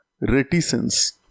reticence